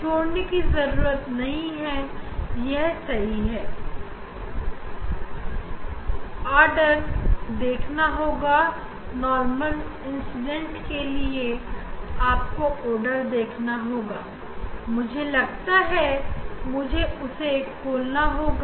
ऐसा करने के बाद इस नार्मल स्थिति पर आप पहला आर्डर देख पाएंगे अब मैं इसे खोल दूँगा